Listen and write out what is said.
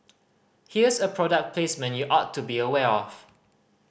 here's a product placement you ought to be aware of